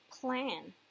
plan